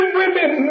women